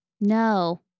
No